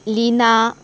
Leena